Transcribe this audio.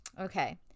Okay